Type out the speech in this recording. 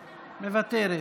מוותרת,